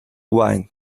wine